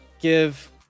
give